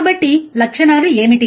కాబట్టి లక్షణాలు ఏమిటి